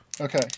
Okay